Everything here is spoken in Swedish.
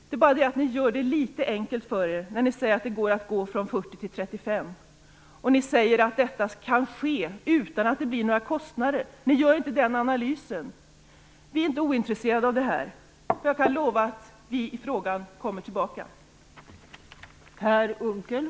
Det är bara det att man gör det litet enkelt för sig när man säger att det går att gå från 40 till 35 timmar, och att detta kan ske utan några kostnader. Miljöpartiet gör ingen analys. Men vi socialdemokrater är inte ointresserade av detta, och jag kan lova att vi kommer tillbaka till frågan.